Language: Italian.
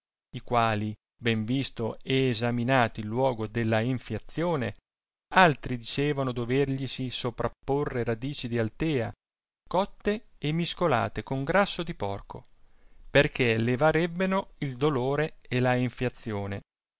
i quali ben visto e esaminato il luogo della enfiazione altri dicevano doverglisi sopraporre radici di altea cotte e miscolate con grasso di porco perchè levarebbono il dolore e la enfiazione